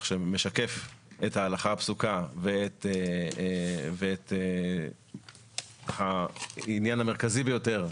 שמשקף את ההלכה הפסוקה ואת העניין המרכזי ביותר,